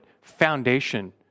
foundation